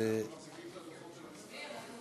אנחנו מחזיקים את הדוח של המשרד,